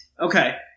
Okay